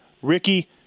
Ricky